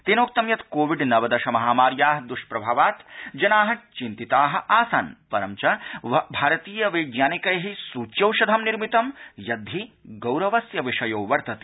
तेनोक्तं यत कोविड़ नवदश महामार्या दष्प्रभावेन जना चिन्तिता आसन परं च भारतीय वैज्ञानिकै सुचयौषधं निर्मितम यद हि गौरवस्य विषयो वर्तते